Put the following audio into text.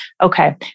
Okay